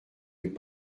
n’est